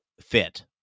fit